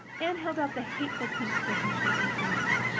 anne held out the hateful pink slip in shaking fingers.